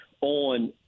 on